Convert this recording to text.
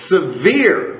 Severe